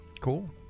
Cool